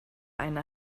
eine